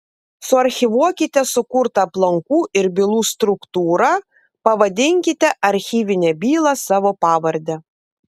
suarchyvuokite sukurtą aplankų ir bylų struktūrą pavadinkite archyvinę bylą savo pavarde